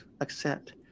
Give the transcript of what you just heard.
accept